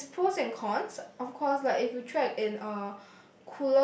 it has it's pros and cons of course like if you trek in uh